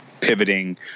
pivoting